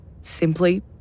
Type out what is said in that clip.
simply